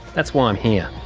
that's why i'm here.